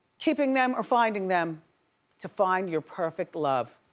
keeping them or finding them to find your perfect love.